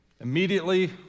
Immediately